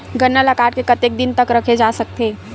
गन्ना ल काट के कतेक दिन तक रखे जा सकथे?